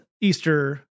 Easter